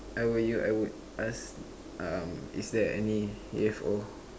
I were you I would ask um is there any U_F_O